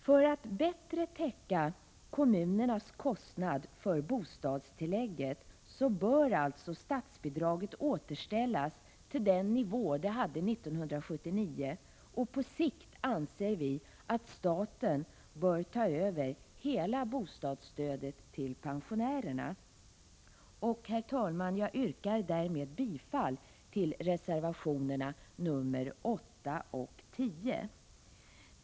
För att bättre täcka kommunernas kostnad för bostadstillägget bör alltså statsbidraget återställas till den nivå det hade 1979, och på sikt anser vi att staten bör ta över hela bostadsstödet till pensionärerna. Herr talman! Jag yrkar därmed bifall till reservationerna nr 8 och 10.